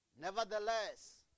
Nevertheless